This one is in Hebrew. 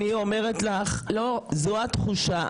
אני אומרת לך שזו התחושה.